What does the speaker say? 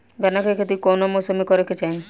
गन्ना के खेती कौना मौसम में करेके चाही?